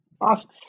awesome